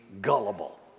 gullible